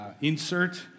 insert